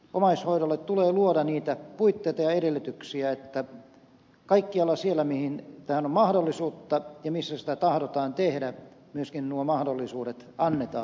omaishoidolle tulee luoda niitä puitteita ja edellytyksiä että kaikkialla siellä missä tähän on mahdollisuutta ja missä sitä tahdotaan tehdä myöskin nuo mahdollisuudet annetaan